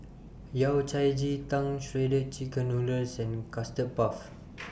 Yao Cai Ji Tang Shredded Chicken Noodles and Custard Puff